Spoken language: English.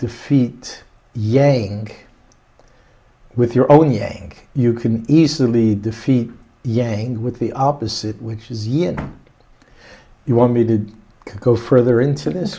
defeat yang with your own yank you can easily defeat yang with the opposite which is yet you want me to go further in